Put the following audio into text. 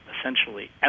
essentially